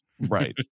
right